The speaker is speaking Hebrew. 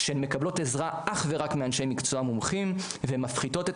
שהן מקבלות עזרה אך ורק מאנשי מקצוע ממומחים והן מפחיתות את